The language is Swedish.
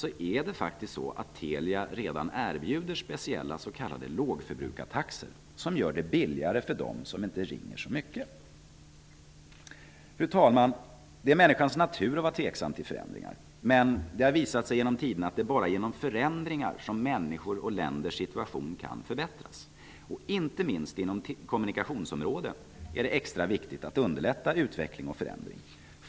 Telia erbjuder faktiskt redan speciella s.k. lågförbrukartaxor som gör det billigare för dem som inte ringer så mycket. Fru talman! Det är människans natur att vara tveksam till förändringar. Det har visat sig genom tiderna att det bara är genom förändringar som människors och länders situation kan förbättras. Inom kommunikationsområdet är det extra viktigt att underlätta utveckling och förändring.